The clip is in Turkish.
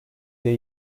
diye